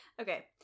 Okay